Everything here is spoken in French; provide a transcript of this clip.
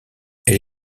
elle